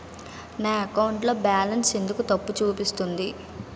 నా అకౌంట్ లో బాలన్స్ ఎందుకు తప్పు చూపిస్తుంది?